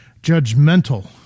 judgmental